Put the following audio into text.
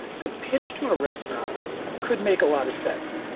the the pitch to a restaurant could make a lot of sense.